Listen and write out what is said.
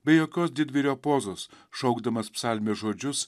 be jokios didvyrio pozos šaukdamas psalmės žodžius